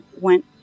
went